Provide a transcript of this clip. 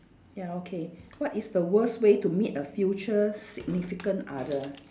ya okay what is the worst way to meet a future significant other